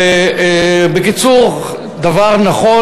ובקיצור דבר נכון,